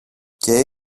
και